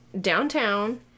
downtown